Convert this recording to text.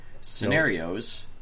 Scenarios